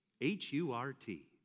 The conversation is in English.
H-U-R-T